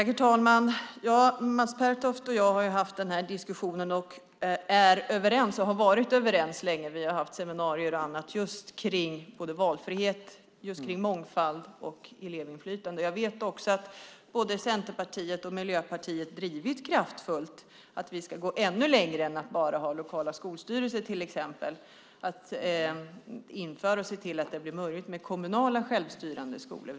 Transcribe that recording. Herr talman! Mats Pertoft och jag har haft den här diskussionen och är överens och har varit det länge. Vi har haft seminarier och annat om just valfrihet, mångfald och elevinflytande. Jag vet också att både Centerpartiet och Miljöpartiet kraftfullt har drivit att vi ska gå ännu längre än att bara ha lokala skolstyrelser och införa och se till att det blir möjligt med kommunala självstyrande skolor.